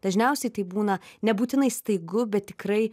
dažniausiai tai būna nebūtinai staigu bet tikrai